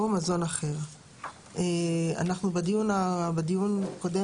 או מזון אחר"; בדיון הקודם